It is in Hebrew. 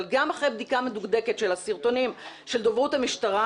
אבל גם אחרי בדיקה מדוקדקת של הסרטונים של דוברות המשטרה